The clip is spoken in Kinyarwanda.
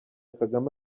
kagame